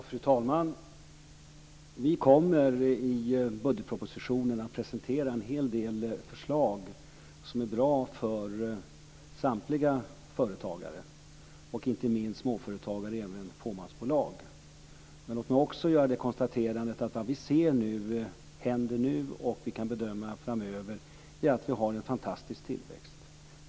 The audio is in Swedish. Fru talman! Vi kommer i budgetpropositionen att presentera en hel del förslag som är bra för samtliga företagare, inte minst småföretagare och även fåmansbolag. Men låt mig också göra det konstaterande att vad vi ser hända nu och vad vi kan bedöma framöver är att vi har en fantastisk tillväxt.